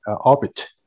orbit